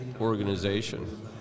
organization—